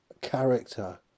character